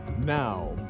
Now